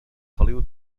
feliu